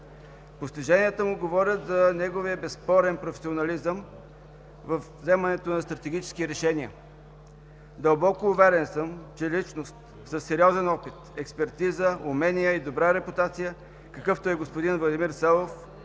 Постиженията му говорят за неговия безспорен професионализъм във вземането на стратегически решения. Дълбоко уверен съм, че личност със сериозен опит, експертиза, умения и добра репутация, какъвто е господин Владимир Савов,